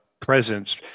Presence